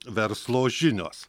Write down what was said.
verslo žinios